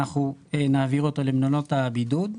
אנחנו נעביר אותו למלונות הבידוד,